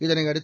இதனையடுத்து